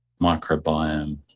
microbiome